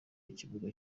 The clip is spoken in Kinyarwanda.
ikibuga